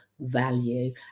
value